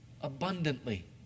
abundantly